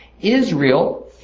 Israel